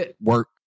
work